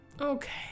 okay